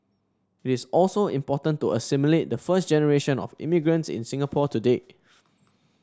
it is also important to assimilate the first generation of immigrants in Singapore today